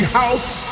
house